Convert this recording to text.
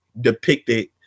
Depicted